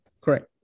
Correct